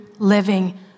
living